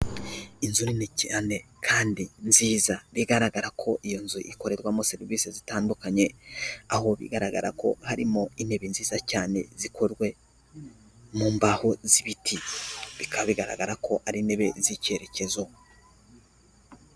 Inzu nini cyane kandi nziza bigaragara ko iyo nzu ikorerwamo serivisi zitandukanye, aho bigaragara ko harimo intebe nziza cyane zikozwe mu mbaho z'ibiti, bikaba bigaragara ko ari intebe z'icyerekezo.